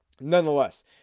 nonetheless